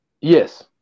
yes